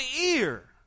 ear